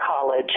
college